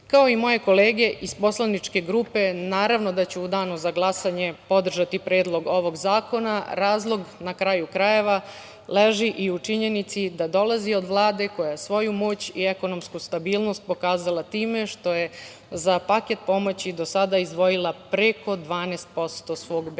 i moje kolege iz poslaničke grupe, naravno da ću u danu za glasanje podržati Predlog ovog zakona, razlog na kraju krajeva, leži i u činjenici da dolazi od Vlade koja svoju moć i ekonomsku stabilnost pokazala time što je za paket pomoći do sada izdvojila preko 12% svog BDP.